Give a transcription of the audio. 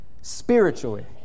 Spiritually